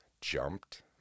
jumped